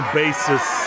basis